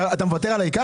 אתה מוותר עלי?